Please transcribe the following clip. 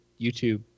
YouTube